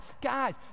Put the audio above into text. guys